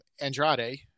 Andrade